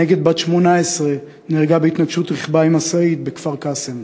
נהגת בת 18 נהרגה בהתנגשות רכבה עם משאית בכפר-קאסם.